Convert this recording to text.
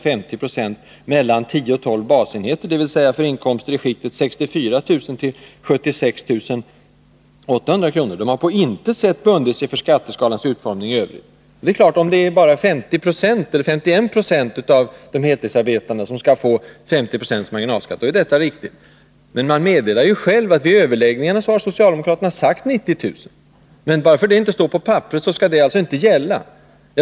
50 procent mellan 10 och 12 basenheter, d. v. s. för inkomster i skiktet 64 000-76 800 kronor. De har på intet sätt bundit sig för skatteskalans utformning i övrigt.” Detta är naturligtvis riktigt om det bara är 50 eller 51 26 av de heltidsarbetande som skall få 50 26 marginalskatt. Men vid överläggningarna har socialdemokraterna sagt 90 000 kr., och bara för att det inte står på papperet skall det alltså inte gälla.